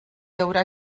haurà